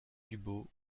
dubos